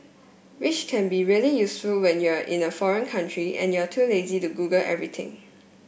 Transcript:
which can be really useful when you're in a foreign country and you're too lazy to Google everything